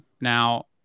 Now